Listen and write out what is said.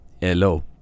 Hello